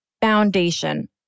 foundation